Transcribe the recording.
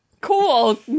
Cool